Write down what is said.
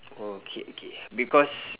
oh okay okay because